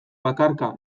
bakarka